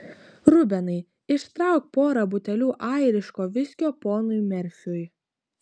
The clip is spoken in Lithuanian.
rubenai ištrauk porą butelių airiško viskio ponui merfiui